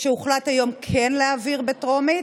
שהוחלט היום כן להעביר בטרומית,